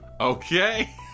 okay